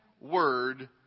word